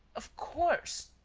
of course!